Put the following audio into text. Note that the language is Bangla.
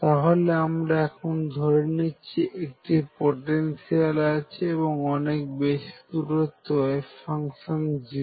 তাহলে আমরা এখানে ধরছি যে একটি পটেনশিয়াল আছে এবং অনেক বেশি দূরত্বে ওয়েভ ফাংশন 0